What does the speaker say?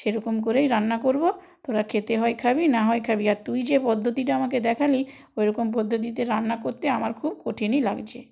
সেরকম করেই রান্না করব তোরা খেতে হয় খাবি না হয় খাবি আর তুই যে পদ্ধতিটা আমাকে দেখালি ওই রকম পদ্ধতিতে রান্না করতে আমার খুব কঠিনই লাগছে